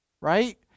right